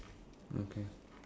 okay